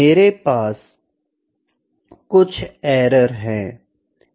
मेरे पास कुछ एरर है